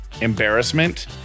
embarrassment